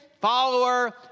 follower